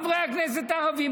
באו חברי הכנסת הערבים,